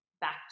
back